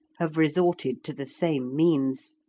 have resorted to the same means.